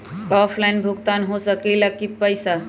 Offline भुगतान हो ला कि पईसा?